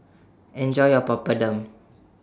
Enjoy your Papadum